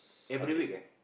every week eh